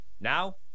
Now